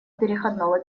переходного